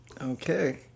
Okay